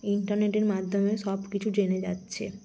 ইন্টারনেটের মাধ্যমে সব কিছু জেনে যাচ্ছে